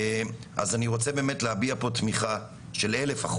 אז אני רוצה באמת להביע פה תמיכה של 1,000%,